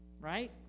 Right